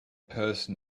person